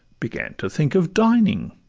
began to think of dining.